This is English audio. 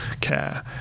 care